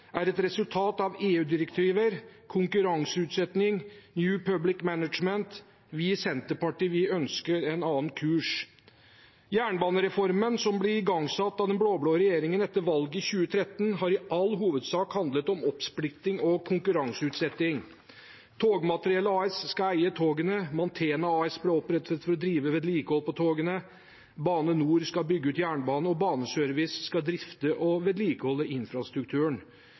er et resultat av EU-direktiver, konkurranseutsetting og New Public Management. Vi i Senterpartiet ønsker en annen kurs. Jernbanereformen, som ble igangsatt av den blå-blå regjeringen etter valget i 2013, har i all hovedsak handlet om oppsplitting og konkurranseutsetting. Togmateriell AS skal eie togene, Mantena AS ble opprettet for å drive vedlikehold på togene, Bane NOR skal bygge ut jernbane, og Baneservice skal drifte og vedlikeholde infrastrukturen.